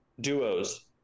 duos